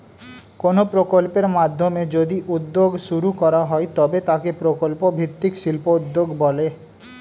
কোনো প্রকল্পের মাধ্যমে যদি উদ্যোগ শুরু করা হয় তবে তাকে প্রকল্প ভিত্তিক শিল্পোদ্যোগ বলে